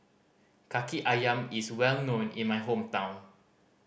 Kaki Ayam is well known in my hometown